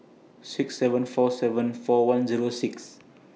six seven four seven four one Zero six